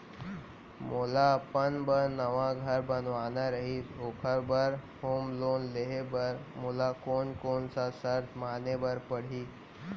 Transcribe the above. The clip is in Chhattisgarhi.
मोला अपन बर नवा घर बनवाना रहिस ओखर बर होम लोन लेहे बर मोला कोन कोन सा शर्त माने बर पड़ही?